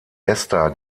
ester